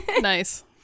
Nice